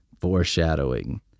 Foreshadowing